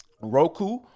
Roku